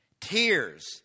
tears